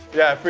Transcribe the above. yeah,